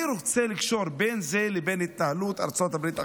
אני רוצה לקשור בין זה לבין התנהלות ארצות הברית עכשיו,